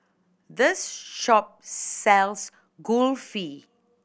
this shop sells Kulfi